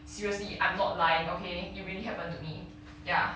seriously I'm not lying okay it really happen to me ya